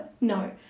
no